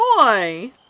boy